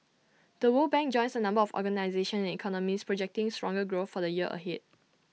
the world bank joins A number of organisations and economists projecting stronger growth for the year ahead